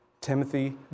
Timothy